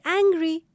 angry